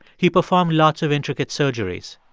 he performed lots of intricate surgeries.